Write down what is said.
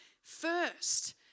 first